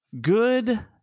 Good